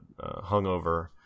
hungover